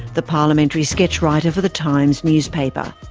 the parliamentary sketch writer for the times newspaper.